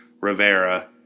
Rivera